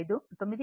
95 కోణం 79